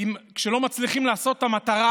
אליהן כשלא מצליחים להשיג את המטרה,